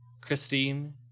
Christine